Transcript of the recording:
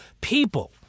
people